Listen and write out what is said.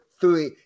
three